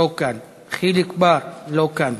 לא כאן,